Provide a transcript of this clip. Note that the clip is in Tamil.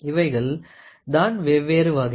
இவைகள் தான் வெவ்வேறு வகைகள்